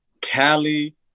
Cali